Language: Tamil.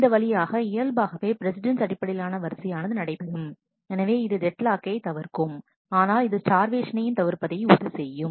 இந்த வழியாக இயல்பாகவே பிரஸிடெண்ட்ஸ் அடிப்படையிலான வரிசையானது நடைபெறும் எனவே இதுவே டெட்லாக்கை தவிர்க்கும் ஆனால் இது ஸ்டார்வேஷனையும் தவிர்ப்பதை உறுதி செய்யும்